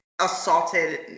assaulted